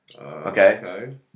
Okay